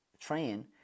train